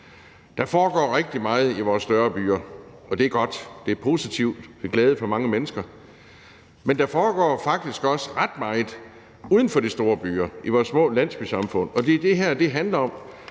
Der foregår rigtig meget i vores større byer, og det er godt, det er positivt og til glæde for mange mennesker. Men der foregår faktisk også ret meget uden for de store byer, i vores små landsbysamfund. Og det her er et forsøg